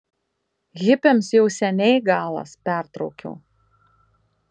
hipiams jau seniai galas pertraukiau